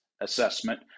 assessment